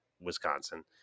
Wisconsin